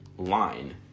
line